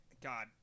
God